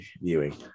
viewing